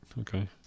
okay